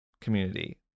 community